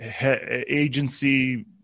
agency